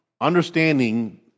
understanding